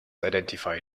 identified